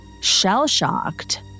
Shell-shocked